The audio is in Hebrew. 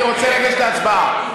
אני רוצה לגשת להצבעה.